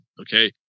okay